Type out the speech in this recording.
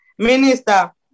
Minister